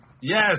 Yes